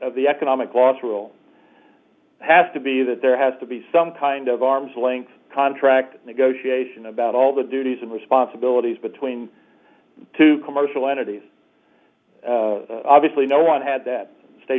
the economic loss rule has to be that there has to be some kind of arm's length contract negotiation about all the duties and responsibilities between two commercial entities obviously no one had that sta